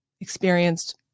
experienced